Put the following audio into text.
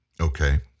Okay